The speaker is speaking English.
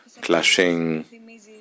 clashing